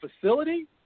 facility